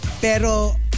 pero